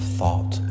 thought